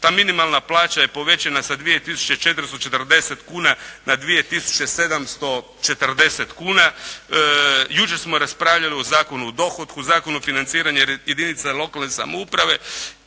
Ta minimalna plaća je povećana sa 2440 kuna na 2740 kuna. Jučer smo raspravljali o Zakonu o dohotku, Zakonu o financiranju jedinica lokalne samouprave